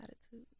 attitude